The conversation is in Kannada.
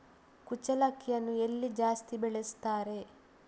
ಕುಚ್ಚಲಕ್ಕಿಯನ್ನು ಎಲ್ಲಿ ಜಾಸ್ತಿ ಬೆಳೆಸ್ತಾರೆ?